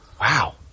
Wow